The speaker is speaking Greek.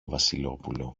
βασιλόπουλο